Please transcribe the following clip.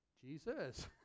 Jesus